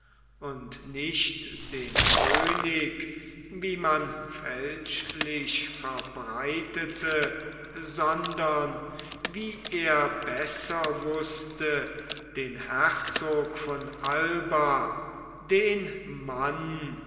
und nicht den könig wie man fälschlich verbreitete sondern wie er besser wußte den herzog von alba den mann